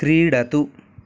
क्रीडतु